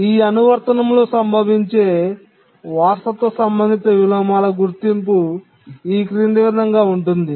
ఈ అనువర్తనంలో సంభవించే వారసత్వ సంబంధిత విలోమాల గుర్తింపు ఈ క్రింది విధంగా ఉంటుంది